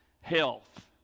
Health